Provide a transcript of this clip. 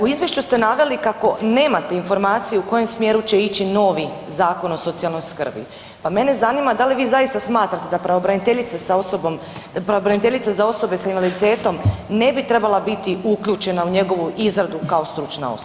U izvješću ste naveli kako nemate informaciju u kojem smjeru će ići novi Zakon o socijalnoj skrbi, pa mene zanima da li vi zaista smatrate da pravobraniteljica sa osobom, pravobraniteljica za osobe s invaliditetom ne bi trebala biti uključena u njegovu izradu kao stručna osoba.